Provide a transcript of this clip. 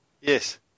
Yes